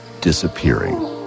disappearing